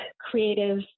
creative